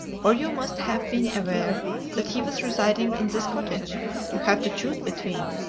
or you must have been aware that he was residing in this cottage you have to choose between.